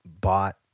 bought